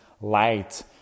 light